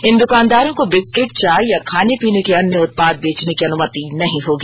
इन द्रकानदारों को बिस्किट चाय या खाने पीने के अन्य उत्पाद बेचने की अनुमति नहीं होगी